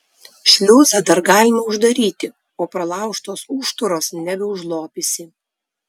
šliuzą dar galima uždaryti o pralaužtos užtūros nebeužlopysi